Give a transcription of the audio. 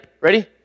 Ready